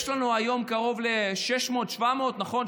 יש לנו היום קרוב ל-600 700, נכון?